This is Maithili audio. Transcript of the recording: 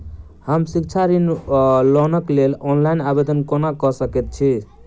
हम शिक्षा ऋण वा लोनक लेल ऑनलाइन आवेदन कोना कऽ सकैत छी?